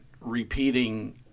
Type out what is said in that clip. repeating